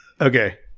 Okay